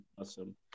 awesome